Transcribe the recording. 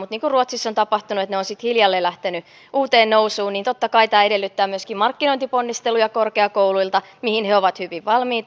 mutta niin kuin ruotsissa on tapahtunut että ne ovat sitten hiljalleen lähteneet uuteen nousuun niin totta kai tämä edellyttää korkeakouluilta myöskin markkinointiponnisteluja mihin he ovat hyvin valmiita